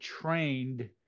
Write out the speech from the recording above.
trained